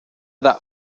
that